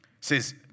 Says